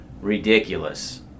ridiculous